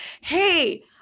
hey